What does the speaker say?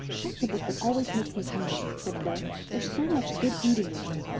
that's a book that always makes me hungry, said phil. there's so much good eating in it.